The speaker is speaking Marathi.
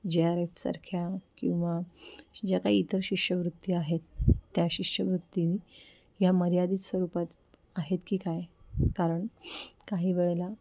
जे आर एफसारख्या किंवा ज्या काही इतर शिष्यवृत्ती आहेत त्या शिष्यवृत्ती या मर्यादित स्वरूपात आहेत की काय कारण काही वेळेला